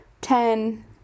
ten